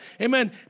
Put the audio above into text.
Amen